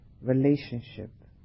relationship